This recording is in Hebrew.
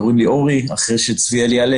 אחרי צביאל,